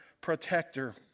protector